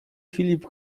filip